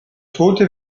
tote